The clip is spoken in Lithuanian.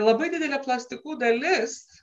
labai didelė plastikų dalis